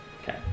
Okay